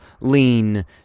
lean